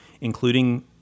including